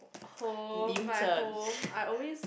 home my home I always